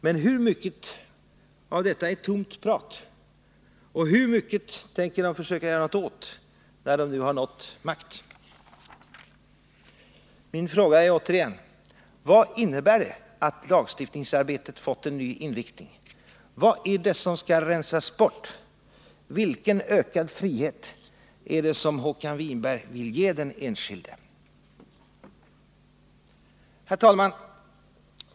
Men hur mycket av detta är tomt prat, och hur mycket tänker han försöka göra något åt när han nu har nått makten? Min fråga är återigen: Vad innebär det att lagstiftningsarbetet fått en ny inriktning? Vad är det som skall rensas bort? Vilken ökad frihet är det som Håkan Winberg vill ge den enskilde? Nr 41 Herr talman!